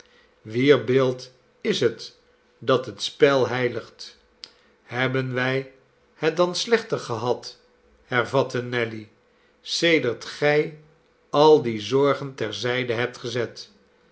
wier beeld is het dat het spel heiligt hebben wij het dan slechter gehad hervatte nelly sedert gij al die zorgen ter zijde hebt gezet